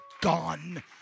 gone